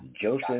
Joseph